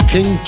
King